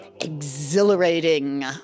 exhilarating